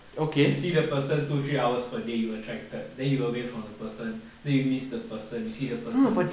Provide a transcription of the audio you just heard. you see the person two three hours per day you attracted then you away from the person then you miss the person you see the person again